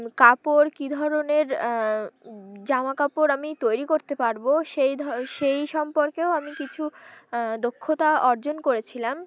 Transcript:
কাপড় কী ধরনের জামা কাপড় আমি তৈরি করতে পারবো সেই সেই সম্পর্কেও আমি কিছু দক্ষতা অর্জন করেছিলাম